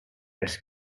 this